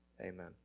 Amen